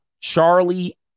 Charlie